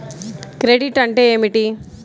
Credit అంటే ఏమిటి?